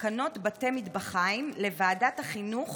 לתקנות בתי מטבחיים לוועדת החינוך